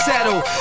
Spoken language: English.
Settle